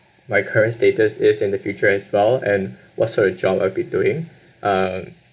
my career status is in the future as well and what sort of job I'll be doing uh